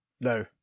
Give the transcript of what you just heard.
no